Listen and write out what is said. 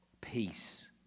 peace